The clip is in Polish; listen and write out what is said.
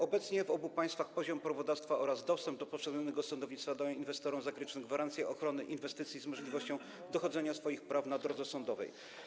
Obecnie w obu państwach poziom prawodawstwa oraz dostęp do powszechnego sądownictwa dają inwestorom zagranicznym gwarancję ochrony inwestycji z możliwością dochodzenia swoich praw na drodze sądowej.